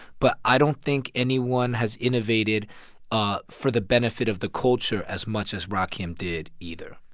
but i don't think anyone has innovated ah for the benefit of the culture as much as rakim did, either,